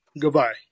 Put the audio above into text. Goodbye